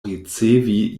ricevi